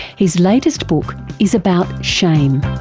his latest book is about shame.